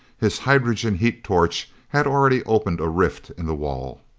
his hydrogen heat torch had already opened a rift in the wall!